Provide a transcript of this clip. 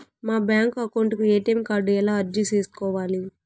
మా bank account కు ATM card ఎలా అర్జీ సేసుకోవాలి?